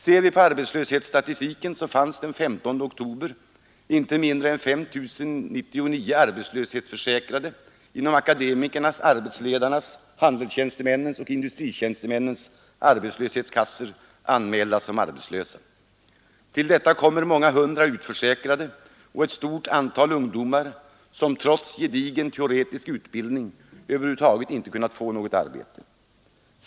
Ser vi på arbetslöshetsstatistiken så fanns den 15 oktober inte mindre än 5 099 arbetslöshetsförsäkrade inom akademikernas, arbetsledarnas, handelstjänstemännens och industritjänstemännens arbetslöshetskassor anmälda som arbetslösa. Till detta kommer många hundra utförsäkrade och ett stort antal ungdomar, som trots gedigen teoretisk utbildning över huvud taget inte kunnat få något arbete.